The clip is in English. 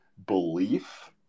belief